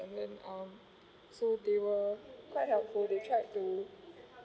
then um so they were quite helpful they tried to